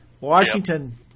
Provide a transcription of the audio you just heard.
Washington